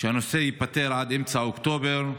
שהנושא ייפתר עד אמצע אוקטובר,